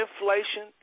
inflation